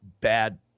bad